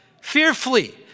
fearfully